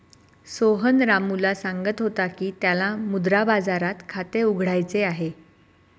सोहन रामूला सांगत होता की त्याला मुद्रा बाजारात खाते उघडायचे आहे